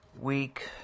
week